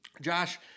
Josh